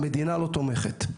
המדינה לא תומכת.